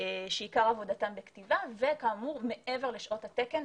שעיקר עבודתם בכתיבה וכאמור מעבר לשעות התקן,